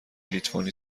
لیتوانی